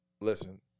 listen